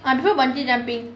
I prefer bungee jumping